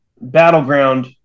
battleground